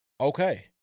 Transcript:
Okay